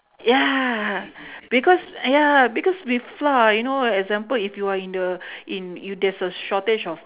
ya because ya because with flour you know example if you're in the in if there's a shortage of